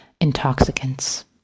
Intoxicants